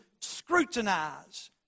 scrutinize